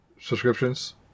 subscriptions